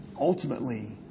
Ultimately